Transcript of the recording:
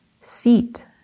seat